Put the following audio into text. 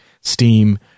Steam